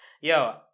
yo